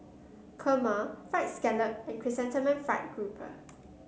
Kurma fried scallop and Chrysanthemum Fried Grouper